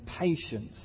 patience